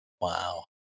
Wow